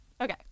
Okay